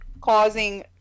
causing